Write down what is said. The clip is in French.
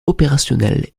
opérationnelle